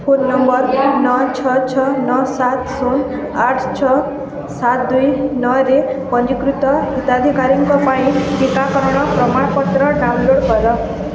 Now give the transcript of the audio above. phone number ନଅ ଛଅ ଛଅ ନଅ ସାତ ଶୂନ ଆଠ ଛଅ ସାତ ଦୁଇ ନଅରେ ପଞ୍ଜୀକୃତ ହିତାଧିକାରୀଙ୍କ ପାଇଁ ଟିକାକରଣ ପ୍ରମାଣପତ୍ର ଡାଉନଲୋଡ଼୍ କର